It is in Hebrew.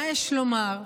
מה יש לומר,